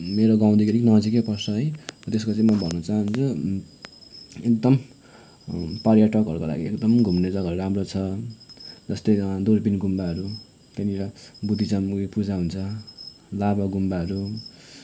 मेरो गाउँदेखि अलिक नजिकै पर्छ है त्यसको चाहिँ म भन्न चहान्छु एकदम पर्यटकहरूको लागि एकदम घुम्ने जग्गाहरू राम्रो छ जस्तै दुर्पिन गुम्बाहरू त्यहाँनिर बुद्धिजम् पूजाहरू हुन्छ लाभा गुम्बाहरू